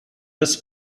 des